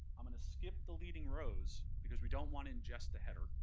i'm going to skip the leading rows, because we don't want to ingest the header.